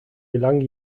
gelang